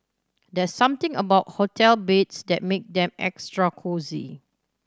there's something about hotel beds that make them extra cosy